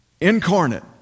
incarnate